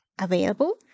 available